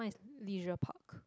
leisure park